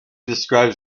describes